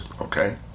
okay